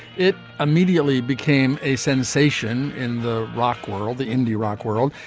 it immediately became a sensation in the rock world the indie rock world.